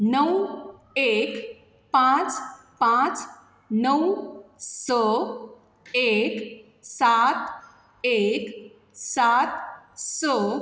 णव एक पांच पांच णव स एक सात एक सात स